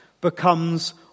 becomes